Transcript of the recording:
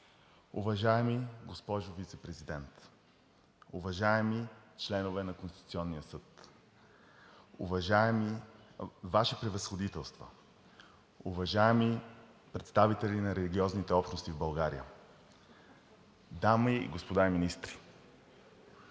уважаема госпожо Вицепрезидент, уважаеми членове на Конституционния съд, Ваши Превъзходителства, уважаеми представители на религиозните общности в България, дами и господа министри,